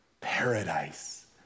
paradise